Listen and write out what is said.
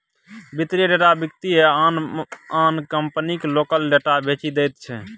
वित्तीय डेटा विक्रेता आन आन कंपनीकेँ लोकक डेटा बेचि दैत छै